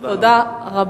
תודה רבה.